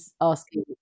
asking